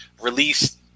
released